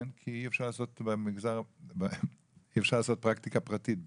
כי אי אפשר לעשות פרקטיקה פרטית בזה,